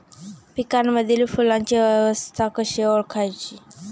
पिकांमधील फुलांची अवस्था कशी ओळखायची?